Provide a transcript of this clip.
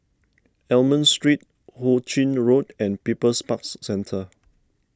Almond Street Hu Ching Road and People's Park Centre